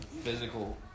physical